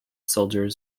soldier